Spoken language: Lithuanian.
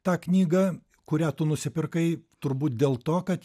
tą knygą kurią tu nusipirkai turbūt dėl to kad